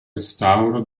restauro